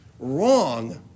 Wrong